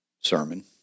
sermon